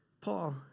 Paul